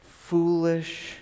foolish